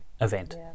event